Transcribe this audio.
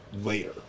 later